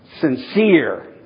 sincere